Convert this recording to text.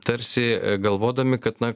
tarsi galvodami kad na